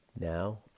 Now